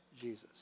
Jesus